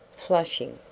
flushing.